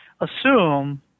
assume